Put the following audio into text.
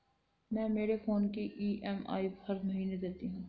मैं मेरे फोन की ई.एम.आई हर महीने देती हूँ